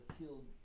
killed